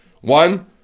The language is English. One